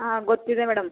ಹಾಂ ಗೊತ್ತಿದೆ ಮೇಡಮ್